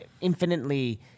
infinitely